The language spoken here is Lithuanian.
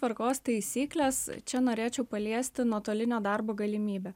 tvarkos taisyklės čia norėčiau paliesti nuotolinio darbo galimybę